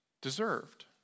deserved